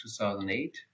2008